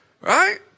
Right